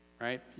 right